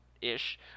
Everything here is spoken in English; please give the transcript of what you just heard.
ish